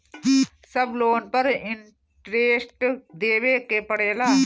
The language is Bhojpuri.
सब लोन पर इन्टरेस्ट देवे के पड़ेला?